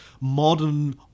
modern